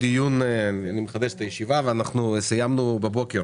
אני מחדש את הישיבה, אנחנו בעצם סיימנו בבוקר